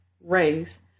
race